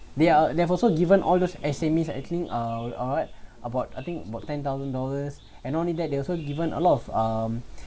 they are they are also given all those S_M_E uh alright about I think about ten thousand dollars and only that they also given a lot of um